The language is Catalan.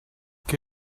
que